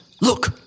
look